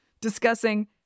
discussing